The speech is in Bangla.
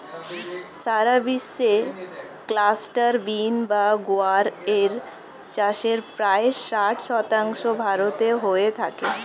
সারা বিশ্বে ক্লাস্টার বিন বা গুয়ার এর চাষের প্রায় ষাট শতাংশ ভারতে হয়ে থাকে